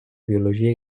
biologia